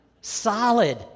Solid